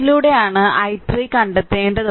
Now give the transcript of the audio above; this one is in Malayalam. ഇതിലൂടെയാണ് i3 കണ്ടെത്തേണ്ടത്